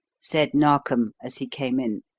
said narkom, as he came in.